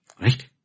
Right